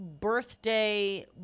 birthday